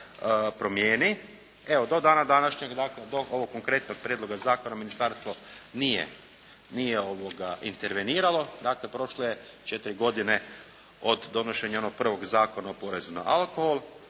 promijeni. Evo, do dana današnjeg, dakle do ovog konkretnog prijedloga zakona ministarstvo nije interveniralo. Dakle, prošlo je četiri godine od donošenja onog prvog Zakona o porezu na alkohol.